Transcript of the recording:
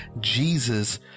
Jesus